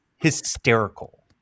Hysterical